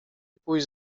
pójść